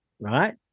right